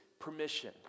Permission